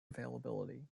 availability